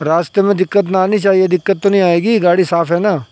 راستے میں دقت نہ آنی چاہیے دقت تو نہیں آئیگی گاڑی صاف ہے نا